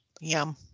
Yum